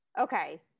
Okay